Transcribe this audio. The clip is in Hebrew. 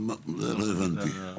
לא הבנתי.